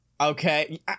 Okay